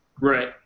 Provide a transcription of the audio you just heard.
Right